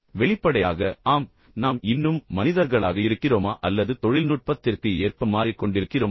வெளிப்படையாக ஆம் நாம் இன்னும் மனிதர்களாக இருக்கிறோமா அல்லது தொழில்நுட்பத்திற்கு ஏற்ப மாறிக்கொண்டிருக்கிறோமா